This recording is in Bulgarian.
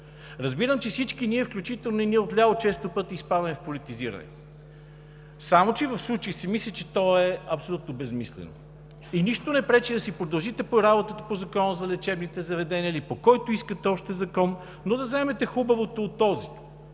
Разбирам, че всички ние, включително и ние, отляво, често пъти изпадаме в политизиране, само че в случая си мисля, че то е абсолютно безсмислено. И нищо не пречи да си продължите работата по Закона за лечебните заведения или по който искате още закон, но да вземете хубавото от този.